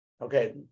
Okay